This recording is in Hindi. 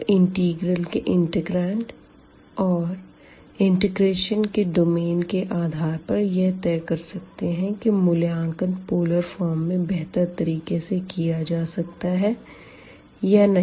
तो इंटीग्रल के इंटीग्रांड और इंटीग्रेशन के डोमेन के आधार पर यह तय कर सकता है कि मूल्यांकन पोलर फॉर्म में बेहतर तरीके से किया जा सकता है या नहीं